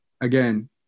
again